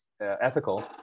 ethical